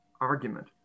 argument